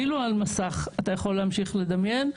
אפילו על מסך אתה יכול להמשיך לדמיין,